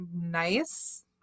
nice